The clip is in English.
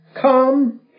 Come